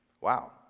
Wow